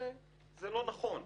זה לא נכון.